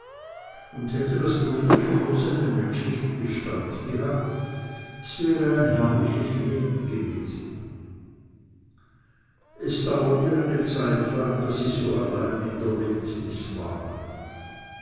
und hätte das brüderchen nur seine menschliche gestalt gehabt es wäre ein herrliches leben gewesen das dauerte eine zeitlang daß sie so allein in der wildnis waren